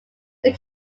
they